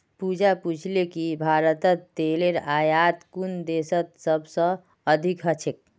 पूजा पूछले कि भारतत तेलेर आयात कुन देशत सबस अधिक ह छेक